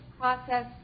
process